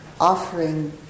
offering